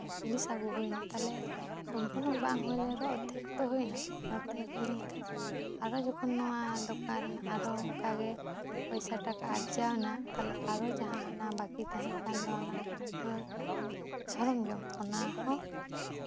ᱡᱤᱱᱤᱥ ᱟᱹᱜᱩ ᱦᱩᱭᱱᱟ ᱛᱟᱦᱚᱞᱮ ᱥᱚᱢᱯᱩᱨᱱᱚ ᱵᱟᱝ ᱦᱩᱭ ᱞᱮᱱ ᱨᱮᱦᱚᱸ ᱚᱨᱫᱷᱮᱠ ᱫᱚ ᱦᱩᱭᱮᱱᱟ ᱚᱨᱫᱷᱮᱠ ᱦᱩᱭ ᱞᱮᱱᱠᱷᱟᱱ ᱟᱨᱚ ᱡᱚᱠᱷᱚᱱ ᱱᱚᱣᱟ ᱫᱚᱠᱟᱱ ᱨᱮᱱᱟᱜ ᱟᱨᱚ ᱚᱱᱠᱟᱜᱮ ᱯᱚᱭᱥᱟ ᱴᱟᱠᱟ ᱟᱨᱡᱟᱣ ᱮᱱᱟ ᱛᱟᱦᱚᱞᱮ ᱟᱨᱚ ᱦᱟᱱᱟ ᱡᱟᱦᱟᱸ ᱵᱟᱹᱠᱤ ᱛᱟᱦᱮᱸ ᱠᱟᱱ ᱫᱚ ᱚᱱᱟ ᱜᱮᱸᱫᱟᱜ ᱠᱚᱨᱮᱱᱟᱜ ᱥᱚᱨᱚᱧᱡᱟᱢ ᱚᱱᱟᱦᱚᱸ